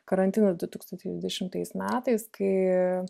karantinas du tūkstančiai dvidešimtais metais kai